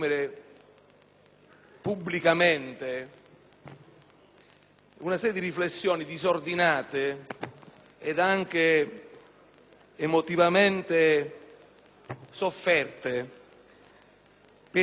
una serie di riflessioni disordinate e anche emotivamente sofferte. Credo che questa esperienza